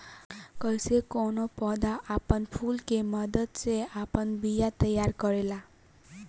कइसे कौनो पौधा आपन फूल के मदद से आपन बिया तैयार करेला